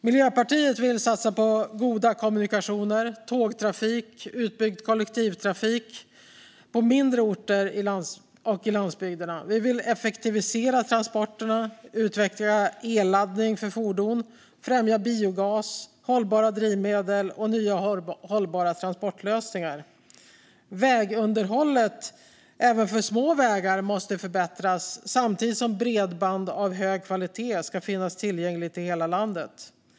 Miljöpartiet vill satsa på goda kommunikationer, tågtrafik och utbyggd kollektivtrafik på mindre orter och i landsbygderna. Vi vill effektivisera transporterna, utveckla el-laddning för fordon samt främja biogas, hållbara drivmedel och nya hållbara transportlösningar. Vägunderhållet även av små vägar måste förbättras samtidigt som bredband av hög kvalitet ska finnas tillgängligt i hela landet.